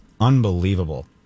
unbelievable